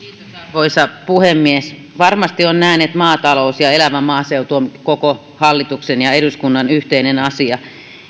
arvoisa puhemies varmasti on näin että maatalous ja elävä maaseutu ovat koko hallituksen ja eduskunnan yhteinen asia